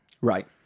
right